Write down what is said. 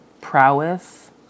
prowess